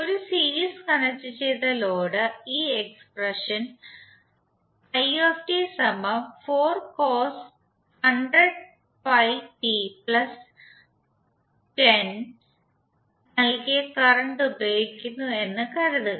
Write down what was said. ഒരു സീരീസ് കണക്റ്റുചെയ്ത ലോഡ് ഈ എക്സ്പ്രഷൻ നൽകിയ കറന്റ് ഉപയോഗിക്കുന്നു എന്ന് കരുതുക